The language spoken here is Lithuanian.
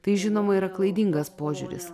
tai žinoma yra klaidingas požiūris